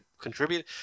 contribute